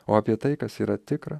o apie tai kas yra tikra